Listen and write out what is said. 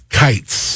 kites